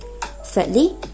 Thirdly